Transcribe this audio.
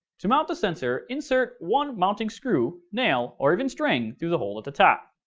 to mount the sensor, insert one mounting screw, nail, or even string through the hole at the top.